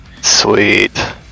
Sweet